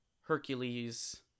Hercules